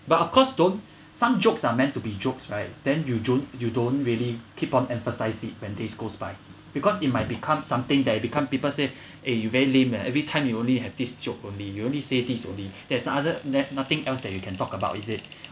but of course don't some jokes are meant to be jokes right then you don't you don't really keep on emphasising when days goes by because it might become something that become people say eh you very lame ah and every time you only have this joke only you only say this only there's no other there's nothing else that you can talk about is it